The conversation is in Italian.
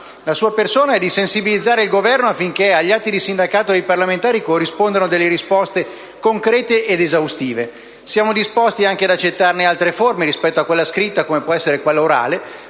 la sua persona, a sensibilizzare il Governo affinché agli atti di sindacato dei parlamentari corrispondano delle risposte concrete ed esaustive. Siamo disposti anche ad accettarne altre forme rispetto a quella scritta, come può essere quella orale,